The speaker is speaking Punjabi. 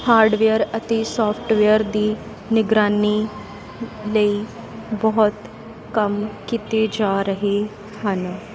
ਹਾਰਡਵੇਅਰ ਅਤੇ ਸੋਫਟਵੇਅਰ ਦੀ ਨਿਗਰਾਨੀ ਲਈ ਬਹੁਤ ਕੰਮ ਕੀਤੇ ਜਾ ਰਹੇ ਹਨ